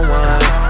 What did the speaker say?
one